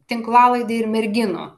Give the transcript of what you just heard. tinklalaidė ir merginų